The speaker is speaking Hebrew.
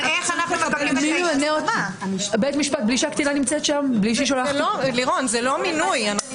לירון, זה לא מינוי.